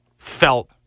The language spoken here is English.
Felt